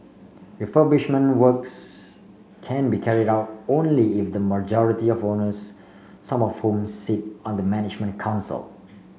refurbishment works can be carried out only if the majority of owners some of whom sit on the management council